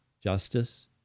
justice